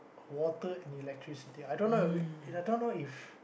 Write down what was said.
water and electricity I don't know I don't know if